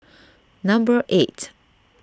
number eight